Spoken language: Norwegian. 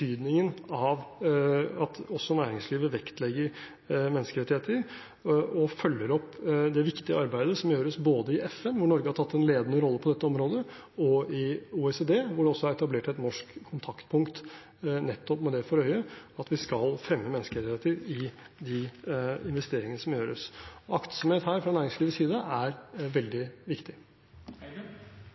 av at også næringslivet vektlegger menneskerettigheter og følger opp det viktige arbeidet som gjøres både i FN, hvor Norge har tatt en ledende rolle på dette området, og i OECD, hvor det er etablert et norsk kontaktpunkt nettopp med det for øye at vi skal fremme menneskerettigheter i de investeringene som gjøres. Aktsomhet her fra næringslivets side er veldig viktig.